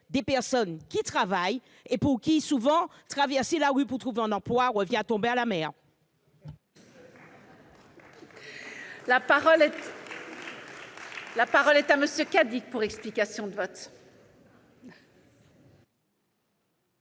des personnes qui travaillent et pour qui, souvent, traverser la rue pour trouver un emploi revient à tomber à la mer.